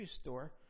store